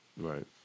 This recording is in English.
Right